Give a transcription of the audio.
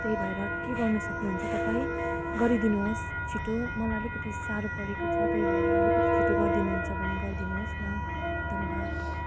त्यही भएर के गर्न सक्नु हुन्छ तपाईँ गरी दिनु होस् छिटो मलाई अलिकति साह्रो परेको छ त्यही भएर अलिकति छिटो गरिदिनु हुन्छ भने गरिदिनु होस् न धन्यवाद